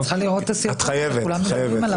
אני צריכה לראות את הסרטון שכולם מדברים עליו.